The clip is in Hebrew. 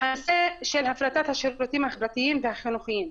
בנושא של הפרטת השירותים החברתיים והחינוכיים.